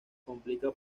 complica